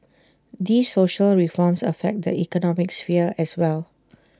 these social reforms affect the economic sphere as well